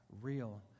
real